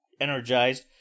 energized